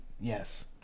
Yes